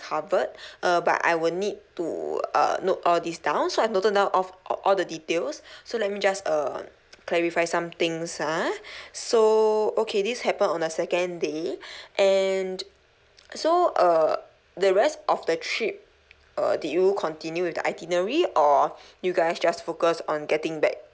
covered uh but I will need to uh note all these down so I've noted down of all the details so let me just uh clarify some things ah so okay this happen on the second day and so uh the rest of the trip err did you continue with the itinerary or you guys just focus on getting back